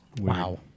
Wow